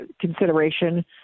consideration